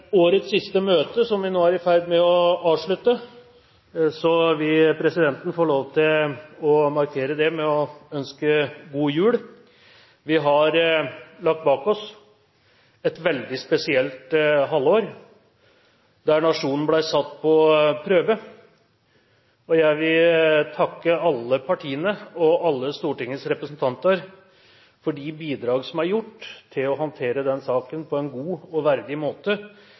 årets siste møte vi nå er i ferd med å avslutte, vil presidenten få lov til å markere det med å ønske god jul. Vi har lagt bak oss et veldig spesielt halvår, der nasjonen ble satt på prøve, og jeg vil takke alle partiene og alle Stortingets representanter for de bidrag som er gitt for å håndtere den saken på en god og verdig måte